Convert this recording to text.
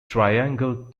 triangle